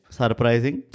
surprising